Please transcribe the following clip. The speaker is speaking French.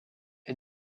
est